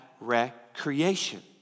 recreation